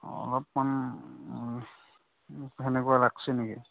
অঁ অলপমান সেনেকুৱা লাগিছে নেকি